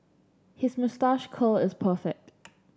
his moustache curl is perfect